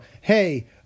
hey